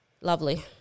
Lovely